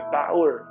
power